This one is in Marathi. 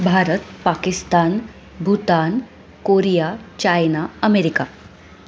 Bharat Pakistan Bhutan Korea China America